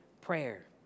prayer